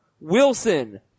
Wilson